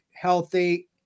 healthy